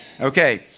Okay